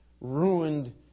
ruined